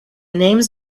names